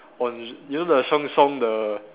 on you know the Sheng-Siong the